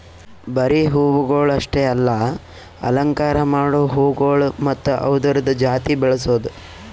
ಬರೀ ಹೂವುಗೊಳ್ ಅಷ್ಟೆ ಅಲ್ಲಾ ಅಲಂಕಾರ ಮಾಡೋ ಹೂಗೊಳ್ ಮತ್ತ ಅವ್ದುರದ್ ಜಾತಿ ಬೆಳಸದ್